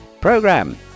program